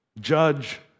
judge